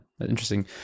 interesting